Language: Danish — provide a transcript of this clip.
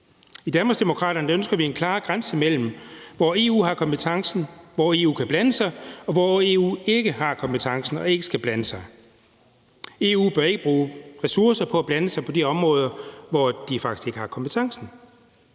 I Danmarksdemokraterne ønsker vi en klarere grænse mellem, hvor EU har kompetencen, hvor EU kan blande sig, og hvor EU ikke har kompetencen og ikke skal blande sig. EU bør ikke bruge ressourcer på at blande sig på de områder, hvor de faktisk ikke har kompetencen.